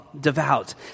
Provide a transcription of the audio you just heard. Devout